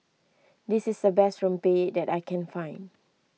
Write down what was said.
this is the best Rempeyek that I can find